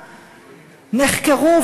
הם נחקרו,